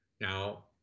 Now